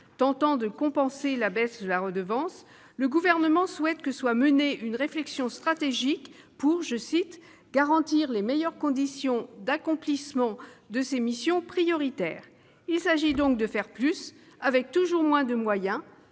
-tentant de compenser la baisse de la redevance, le Gouvernement souhaite que soit menée une réflexion stratégique pour « garantir les meilleures conditions d'accomplissement de ses missions prioritaires ». Il s'agit donc de faire plus avec toujours moins de moyens,